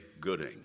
Gooding